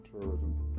tourism